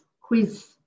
quiz